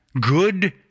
good